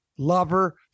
lover